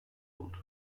oldu